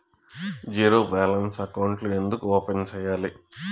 zero balance అకౌంట్లు ఎందుకు open సేయాలి